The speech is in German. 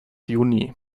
juni